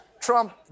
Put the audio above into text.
Trump